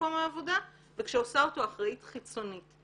במקום העבודה וכשעושה אותו אחראית חיצונית.